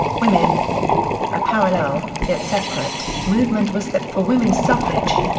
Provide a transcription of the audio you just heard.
women a parallel, yet separate, movement was that for women's suffrage.